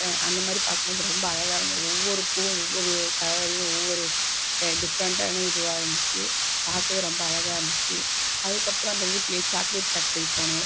அந்த மாரி பார்க்கும்போது ரொம்ப அழகாக இருந்தது ஒவ்வொரு பூவும் ஒவ்வொரு கலர்லையும் ஒவ்வொரு டிஃப்ரென்டான இதுவாக இருந்துச்சு பார்க்கவே ரொம்ப அழகாக இருந்துச்சு அதற்கப்பறம் அந்த ஊட்டில சாக்லேட் ஃபேக்ட்ரிக்கு போனோம்